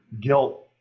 guilt